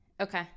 Okay